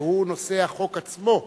והוא נושא החוק עצמו.